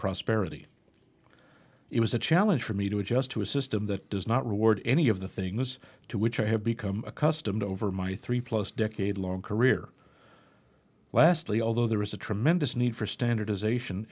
prosperity it was a challenge for me to adjust to a system that does not reward any of the things to which i have become accustomed over my three plus decade long career lastly although there is a tremendous need for standardization